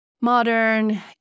modern